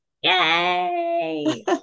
Yay